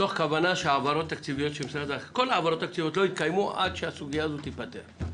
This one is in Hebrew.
מתוך כוונה שכל ההעברות התקציביות לא יתקיימו עד שהסוגיה הזאת תיפתר.